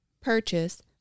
purchase